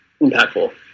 impactful